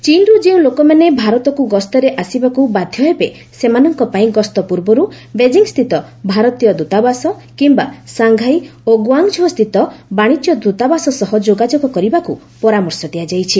ଚୀନ୍ରୁ ଯେଉଁ ଲୋକମାନେ ଭାରତକୁ ଗସ୍ତରେ ଆସିବାକୁ ବାଧ୍ୟ ହେବେ ସେମାନଙ୍କ ପାଇଁ ଗସ୍ତ ପୂର୍ବରୁ ବେଜିଂସ୍କିତ ଭାରତୀୟ ଦୃତାବାସ କିମ୍ବା ସାଂଘାଇ ଓ ଗୁଆଙ୍ଗଝୋସ୍ଥିତ ବାଶିଜ୍ୟ ଦୃତାବାସ ସହ ଯୋଗାଯୋଗ କରିବାକୁ ପରାମର୍ଶ ଦିଆଯାଇଛି